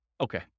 Okay